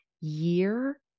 year